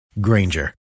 Granger